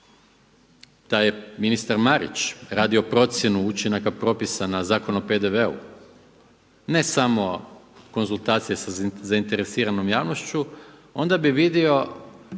da je ministar Marić radio procjenu učinaka propisa na Zakon o PDV-u, ne samo konzultacije sa zainteresiranom javnošću onda bi vidio